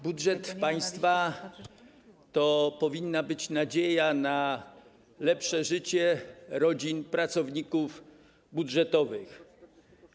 Budżet państwa to powinna być nadzieja na lepsze życie rodzin pracowników budżetowych.